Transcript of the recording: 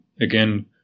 again